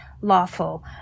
lawful